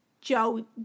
Joe